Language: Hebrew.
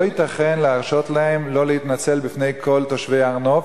לא ייתכן להרשות להם לא להתנצל בפני כל תושבי הר-נוף,